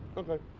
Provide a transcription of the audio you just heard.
okay.